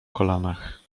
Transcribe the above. kolanach